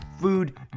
food